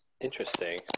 interesting